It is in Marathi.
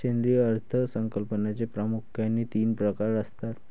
केंद्रीय अर्थ संकल्पाचे प्रामुख्याने तीन प्रकार असतात